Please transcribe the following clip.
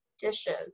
dishes